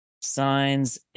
signs